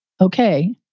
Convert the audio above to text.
okay